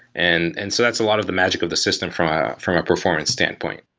and and so that's a lot of the magic of the system from ah from a performance standpoint.